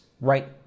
right